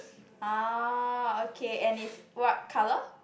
ah okay and it's what colour